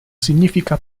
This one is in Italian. significa